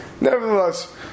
nevertheless